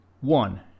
One